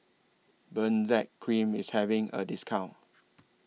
Benzac Cream IS having A discount